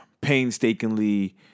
painstakingly